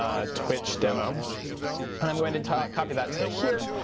ah twitch demo. and i'm going to to copy that to here.